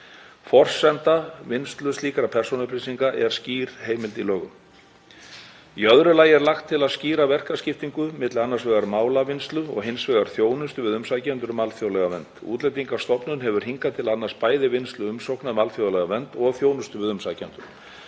Forsenda vinnslu slíkra persónuupplýsinga er skýr heimild í lögum. Í öðru lagi er lagt til að skýra verkaskiptingu milli annars vegar málavinnslu og hins vegar þjónustu við umsækjendur um alþjóðlega vernd. Útlendingastofnun hefur hingað til annast bæði vinnslu umsókna um alþjóðlega vernd og þjónustu við umsækjendur.